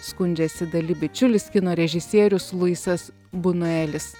skundžiasi dali bičiulis kino režisierius luisas bunuelis